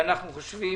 אנחנו חושבים